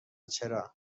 چرا